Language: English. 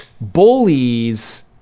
bullies